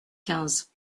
quinze